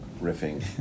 riffing